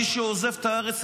מי שעוזב את הארץ,